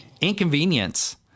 inconvenience